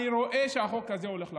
אני רואה שהחוק הזה הולך לעבור.